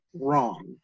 wrong